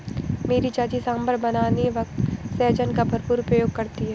मेरी चाची सांभर बनाने वक्त सहजन का भरपूर प्रयोग करती है